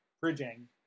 bridging